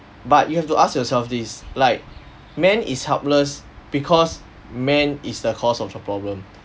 but you have to ask yourself this like man is helpless because man is the cause of the problem